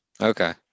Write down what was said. Okay